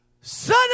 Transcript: Son